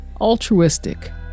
altruistic